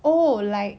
oh like